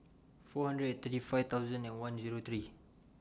four hundred and thirty five thousand and one Zero three